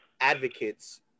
advocates